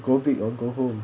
go big or go home